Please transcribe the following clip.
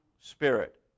Spirit